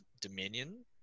Dominion